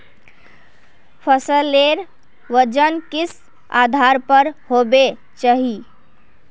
फसलेर वजन किस आधार पर होबे चही?